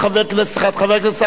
חבר הכנסת עפו אגבאריה,